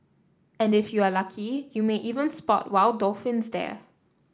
and if you are lucky you may even spot wild dolphins there